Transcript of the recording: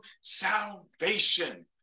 salvation